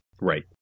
Right